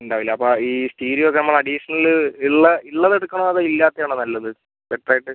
ഉണ്ടാവില്ല അപ്പം ഈ സ്റ്റീരിയോ നമ്മൾ അഡീഷണല് ഉള്ള ഉള്ളത് എടുക്കണോ അതോ ഇല്ലാത്തയാണോ നല്ലത് ബെറ്ററായിട്ട്